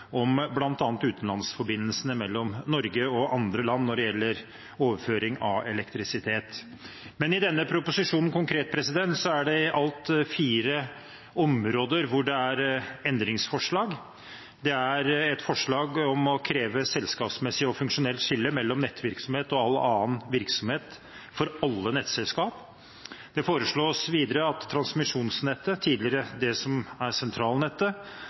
om bl.a. utenlandsforbindelsene mellom Norge og andre land når det gjelder overføring av elektrisitet. I denne proposisjonen er det konkret i alt fire områder hvor det er endringsforslag. Det er et forslag om å kreve selskapsmessig og funksjonelt skille mellom nettvirksomhet og all annen virksomhet for alle nettselskaper. Det foreslås videre at transmisjonsnettet, det som tidligere var sentralnettet,